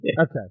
Okay